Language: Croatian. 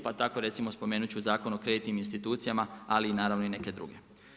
Pa tako recimo spomenut ću Zakon o kreditnim institucijama, ali naravno i neke druge.